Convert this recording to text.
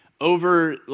over